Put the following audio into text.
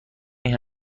این